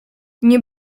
nie